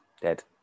dead